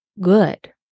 good